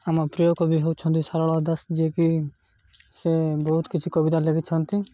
ଆମ ପ୍ରିୟ କବି ହଉଛନ୍ତି ସରଳ ଦାସ ଯିଏକି ସେ ବହୁତ କିଛି କବିତା ଲେଖିଛନ୍ତି